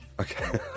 Okay